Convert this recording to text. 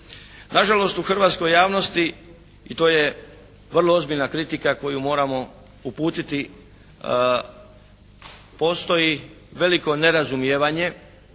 Na žalost u hrvatskoj javnosti i to je vrlo ozbiljna kritika koju moramo uputiti, postoji veliko nerazumijevanje,